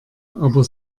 aber